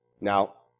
Now